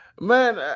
Man